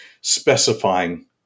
specifying